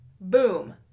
boom